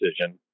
decision